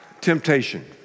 temptation